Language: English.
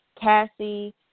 Cassie